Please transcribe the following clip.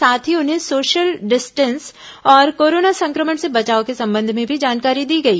साथ ही उन्हें सोशल डिस्टेंस और कोरोना संक्रमण से बचाव के संबंध में भी जानकारी दी गई